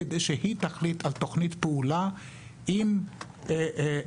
כדי שהיא תחליט על תוכנית פעולה עם מחקרי